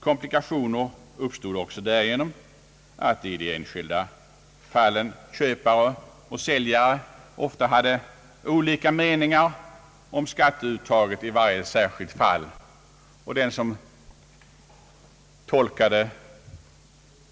Komplikationer uppstod också därigenom att köpare och säljare i de enskilda fallen ofta hade olika meningar om skatteuttaget, och den som tolkade